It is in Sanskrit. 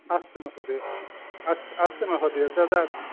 अस्तु महोदये अस्तु अस्तु महोदये ददातु